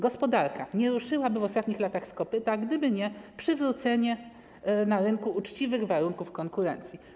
Gospodarka nie ruszyłaby w ostatnich latach z kopyta, gdyby nie przywrócenie na rynku uczciwych warunków konkurencji.